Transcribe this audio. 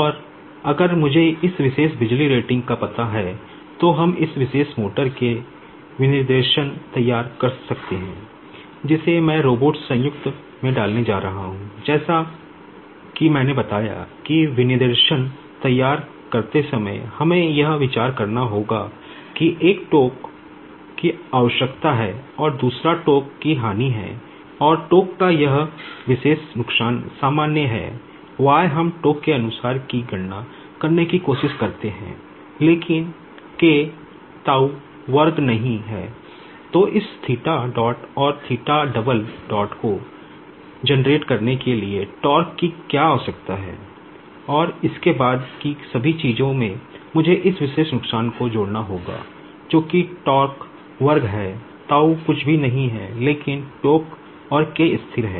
और अगर मुझे इस विशेष बिजली रेटिंग और K स्थिर है